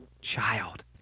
child